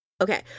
okay